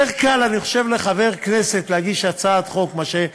יותר קל, אני חושב, לחבר כנסת להגיש הצעת חוק מאשר